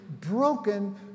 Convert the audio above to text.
broken